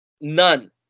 None